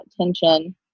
tension